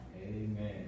Amen